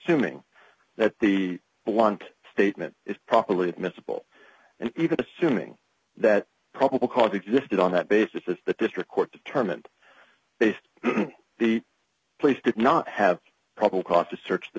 g that the blunt statement is probably admissible and even assuming that probable cause existed on that basis the district court determined based the police did not have probable cause to search the